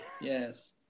Yes